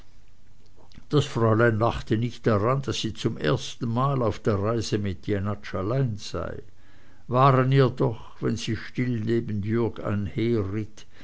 das fräulein dachte nicht daran daß sie zum ersten male auf der reise mit jenatsch allein sei waren ihr doch wenn sie still neben jürg